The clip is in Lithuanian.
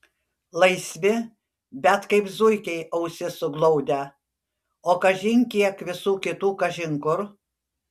laisvi bet kaip zuikiai ausis suglaudę o kažin kiek visų kitų kažin kur